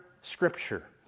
Scripture